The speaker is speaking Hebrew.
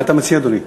מה אתה מציע, אדוני?